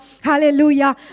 Hallelujah